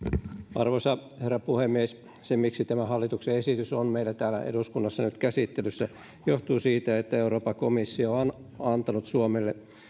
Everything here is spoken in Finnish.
arvoisa herra puhemies se että tämä hallituksen esitys on meillä täällä eduskunnassa nyt käsittelyssä johtuu siitä että euroopan komissio on antanut suomelle